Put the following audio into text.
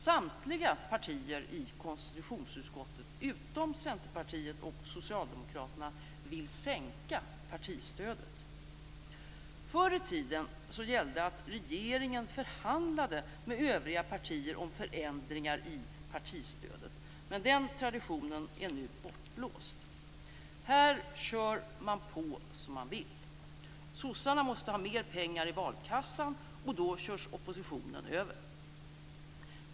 Samtliga partier i konstitutionsutskottet utom Centerpartiet och Socialdemokraterna vill sänka partistödet. Förr i tiden gällde att regeringen förhandlade med övriga partier om förändringar i partistödet, men den traditionen är nu bortblåst. Här kör man på som man vill. Sossarna måste ha mer pengar i valkassan, och då körs oppositionen över.